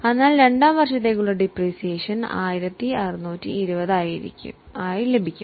അതിനാൽ രണ്ടാം വർഷത്തേക്കുള്ള ഡിപ്രീസിയേഷനായി 1620 ലഭിക്കും